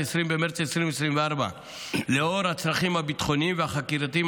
20 במרץ 2024. לנוכח הצרכים הביטחוניים והחקירתיים,